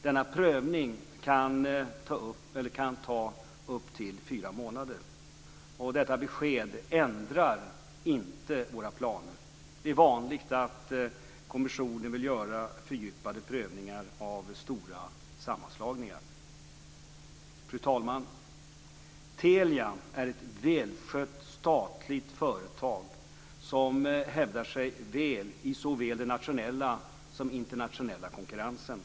Denna prövning kan ta upp till fyra månader. Detta besked ändrar inte våra planer. Det är vanligt att kommissionen vill göra fördjupade prövningar av stora sammanslagningar. Fru talman! Telia är ett välskött statligt företag som hävdar sig väl i såväl den nationella som den internationella konkurrensen.